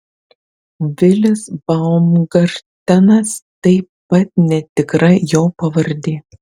vilis baumgartenas taip pat netikra jo pavardė